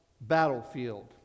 battlefield